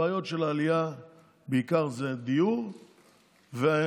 הבעיות של העלייה הן בעיקר דיור ועבודה.